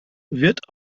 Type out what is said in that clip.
wird